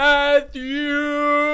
Matthew